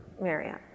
Marriott